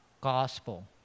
Gospel